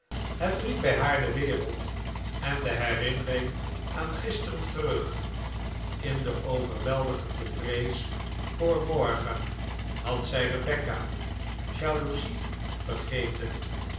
het riep bij haar de wereld en de herinnering aan gisteren terug in de overweldigende vrees voor morgen had zij rebecca jaloezie vergeten